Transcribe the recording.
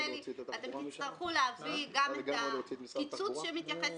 תצטרכו להביא גם את הקיצוץ שמתייחס